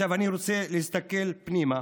אני רוצה להסתכל פנימה